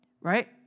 right